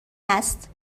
است